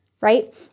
right